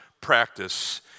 practice